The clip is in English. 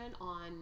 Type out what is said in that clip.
on